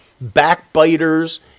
backbiters